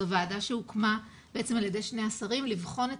זו ועדה שהוקמה על ידי שני השרים לבחון את